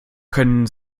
können